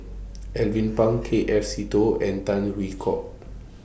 Alvin Pang K F Seetoh and Tan Hwee Hock